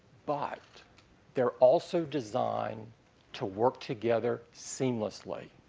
but they're also designed to work together seamlessly.